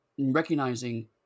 recognizing